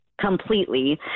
completely